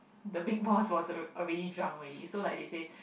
the big boss was already drunk already so like they said